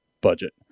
budget